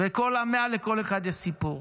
ובכל ה-100, לכל אחד יש סיפור.